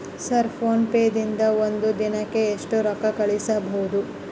Sir PhonePe ದಿಂದ ಒಂದು ದಿನಕ್ಕೆ ಎಷ್ಟು ರೊಕ್ಕಾ ಕಳಿಸಬಹುದು?